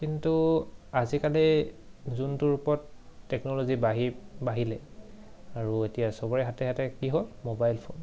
কিন্তু আজিকালি যোনটো ৰূপত টেকন'লজি বাঢ়ি বাঢ়িলে আৰু এতিয়া চবৰে হাতে হাতে কি হ'ল মোবাইল ফোন